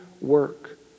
work